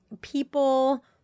people